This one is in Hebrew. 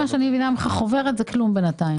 אני מבינה שחוברת זה כלום בינתיים.